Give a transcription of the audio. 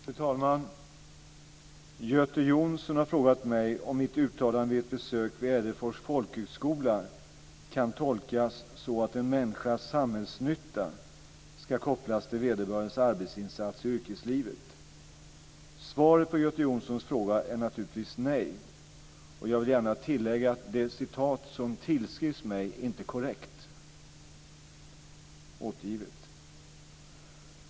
Fru talman! Göte Jonsson har frågat mig om mitt uttalande vid ett besök vid Ädelfors folkhögskola kan tolkas så att en människas samhällsnytta ska kopplas till vederbörandes arbetsinsats i yrkeslivet? Svaret på Göte Jonssons fråga är naturligtvis nej. Jag vill gärna tillägga att det citat som tillskrivs mig inte är korrekt återgivet.